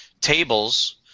tables